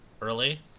early